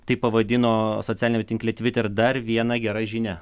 tai pavadino socialiniame tinkle tviter dar viena gera žinia